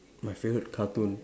my favourite cartoon